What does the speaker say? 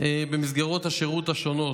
השירות השונות.